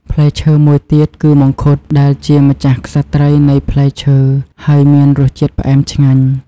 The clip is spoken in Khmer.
ផ្លែឈើមួយទៀតគឺមង្ឃុតដែលជាម្ចាស់ក្សត្រីនៃផ្លែឈើ ហើយមានរសជាតិផ្អែមឆ្ងាញ់។